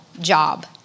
job